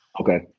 Okay